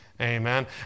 amen